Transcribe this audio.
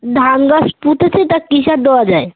ধান গাছ পুতেছি তা কী সার দেওয়া যায়